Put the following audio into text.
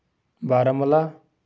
Baramulla